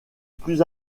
plus